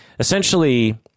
Essentially